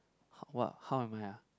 what how am I ah